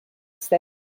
say